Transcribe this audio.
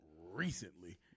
recently